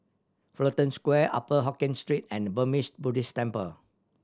Fullerton Square Upper Hokkien Street and Burmese Buddhist Temple